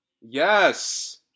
Yes